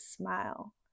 smile